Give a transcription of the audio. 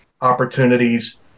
opportunities